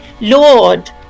lord